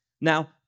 Now